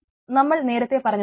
നമ്മൾ നേരത്തെ പറഞ്ഞതുപോലെ